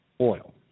oil